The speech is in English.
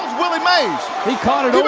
willie mays. he kind of